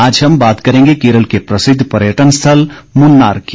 आज हम बात करेंगे केरल के प्रसिद्ध पर्यटन स्थल मून्नार की